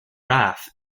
rath